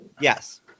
Yes